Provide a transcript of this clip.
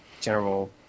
general